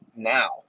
Now